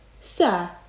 Sir